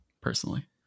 personally